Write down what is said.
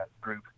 group